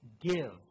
give